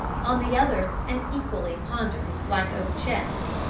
on the other an equally ponderous black oak chest.